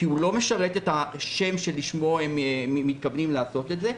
כי הוא לא משרת את השם שלשמו הם מתכוונים לעשות את זה,